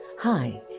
Hi